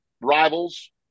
rivals